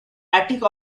attic